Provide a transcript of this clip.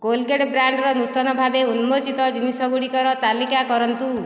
Colgate ବ୍ରାଣ୍ଡ୍ର ନୂତନ ଭାବେ ଉନ୍ମୋଚିତ ଜିନିଷ ଗୁଡ଼ିକର ତାଲିକା କରନ୍ତୁ